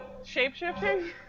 shapeshifting